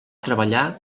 treballar